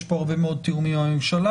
יש כאן הרבה מאוד תיאומים עם הממשלה.